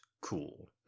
cool